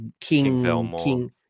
King